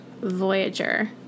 Voyager